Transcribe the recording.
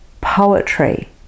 poetry